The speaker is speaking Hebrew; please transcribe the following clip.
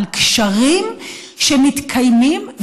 על קשרים שמתקיימים.